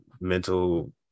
mental